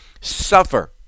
Suffer